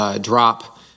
drop